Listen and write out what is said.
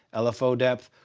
lfo depth,